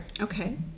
Okay